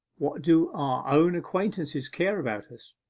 what do our own acquaintances care about us?